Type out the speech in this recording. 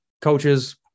Coaches